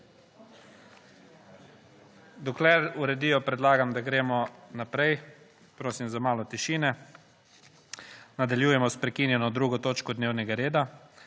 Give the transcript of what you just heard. Dokler uredijo predlagam, da gremo naprej. Prosim za malo tišine. Nadaljujemo s prekinjeno 2. točko dnevnega reda,